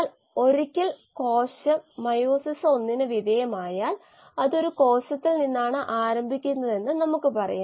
സാധാരണക്കാരന്റെ കാര്യത്തിൽ കോശങ്ങൾക്കുള്ള ഭക്ഷണമായ അസംസ്കൃത വസ്തുക്കളാണ് സബ്സ്ട്രേറ്റുകൾ ഒരു സാധാരണ ഉദാഹരണം ഗ്ലൂക്കോസ് C6H12O6